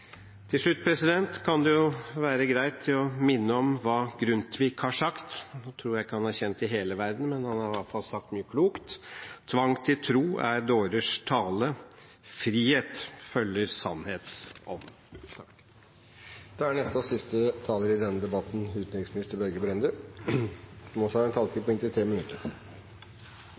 Til slutt kan det jo være greit å minne om hva Grundtvig har sagt. Nå tror jeg ikke han er kjent i hele verden, men han har iallfall sagt mye klokt: «Tvang til tro er dårers tale, frihed følger sandheds Ånd.» Jeg takker for en god diskusjon. Jeg tror vi alle kanskje har gjort oss en refleksjon under debatten om at det er trist å tenke på at man i